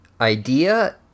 idea